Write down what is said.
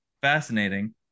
Fascinating